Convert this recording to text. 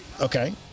Okay